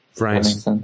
Right